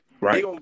right